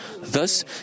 Thus